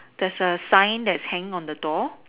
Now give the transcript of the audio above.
that is a sign that is hanging on the door